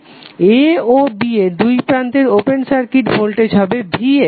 a ও b এর দুই প্রান্তে ওপেন সার্কিট ভোল্টেজ হবে vs